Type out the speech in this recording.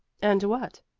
and what?